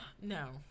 No